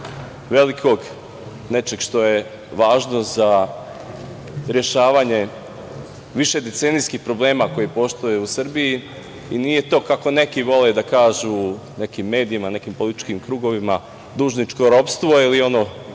velikog, nečeg što je važno za rešavanje višedecenijskih problema koji postoje u Srbiji i nije to kako neki vole da kažu, nekim medijima, nekim političkim krugovima, dužničko ropstvo ili ono